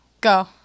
go